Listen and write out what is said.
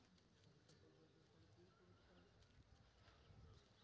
हमरो बैंक के खाता खोलाबे खातिर कोन कोन कागजात दीये परतें?